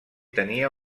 tenia